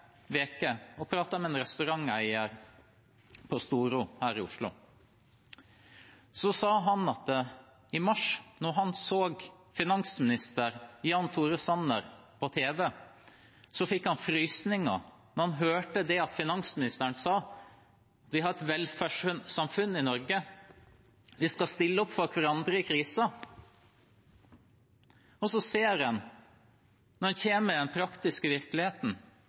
med en restauranteier på Storo her i Oslo, sa han at i mars, da han så finansminister Jan Tore Sanner på tv, fikk han frysninger da han hørte finansministeren si at vi har et velferdssamfunn i Norge, og at vi skulle stille opp for hverandre i krisen. Så ser en, når det kommer til den praktiske virkeligheten,